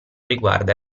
riguarda